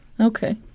Okay